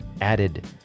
added